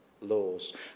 laws